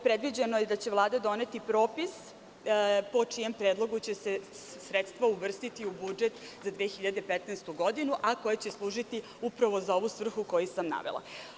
Predviđeno je da će Vlada doneti propis po čijem predlogu će se sredstva uvrstiti u budžet za 2015. godinu, a koja će služiti upravo za ovu svrhu koju sam navela.